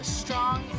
strong